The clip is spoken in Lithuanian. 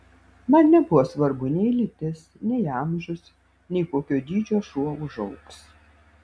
man nebuvo svarbu nei lytis nei amžius nei kokio dydžio šuo užaugs